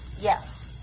yes